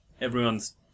Everyone's